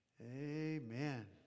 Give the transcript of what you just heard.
Amen